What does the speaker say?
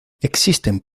existen